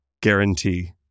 guarantee